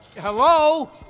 Hello